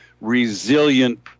resilient